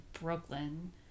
Brooklyn